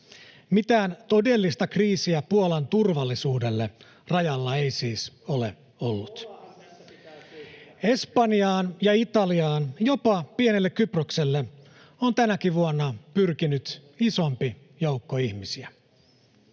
Mitään todellista kriisiä Puolan turvallisuudelle rajalla ei siis ole ollut. [Ben Zyskowicz: Puolaahan tässä pitää syyttää!] Espanjaan ja Italiaan, jopa pienelle Kyprokselle, on tänäkin vuonna pyrkinyt isompi joukko ihmisiä.